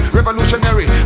Revolutionary